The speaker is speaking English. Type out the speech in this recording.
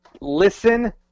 listen